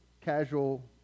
casual